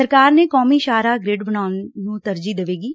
ਸਰਕਾਰ ਨੇ ਕੌਮੀ ਸ਼ਾਹਰਾਹ ਗ੍ਰਿਡ ਬਣਾਉਣ ਨੂੰ ਤਰਜੀਹ ਦੇਵੇਗੀ